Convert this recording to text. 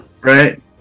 Right